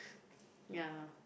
ya